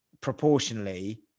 proportionally